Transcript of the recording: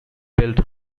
built